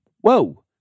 whoa